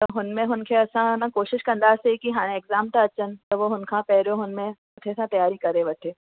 त हुन में हुनखे असां न कोशिशि कंदासीं की हाणे एक्ज़ाम था अचनि त पोइ उनखां पहिरियों हुन में अछे सां तियारी करे वठे